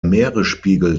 meeresspiegel